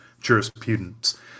jurisprudence